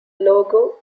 logo